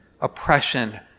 oppression